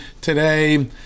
today